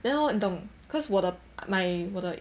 then hor 你懂 cause 我的 my